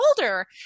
older